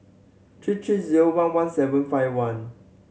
three three zero one one seven five one